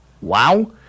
Wow